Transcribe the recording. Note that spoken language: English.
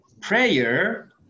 prayer